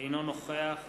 אינו נוכח